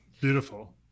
Beautiful